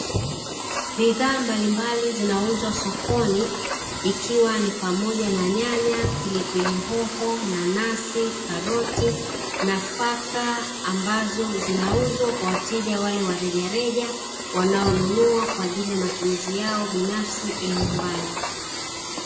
Bidhaa mbalimbali zinauzwa sokoni ikiwa ni pamoja na nyanya, pilipili hoho, nanasi, karoti, nafaka ambazo zinauzwa kwa wateja wale wa rejareja wanaonunua kwa ajili ya matumizi yao binafsi ya nyumbani.